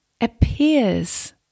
appears